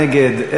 נגד,